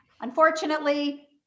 unfortunately